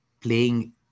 playing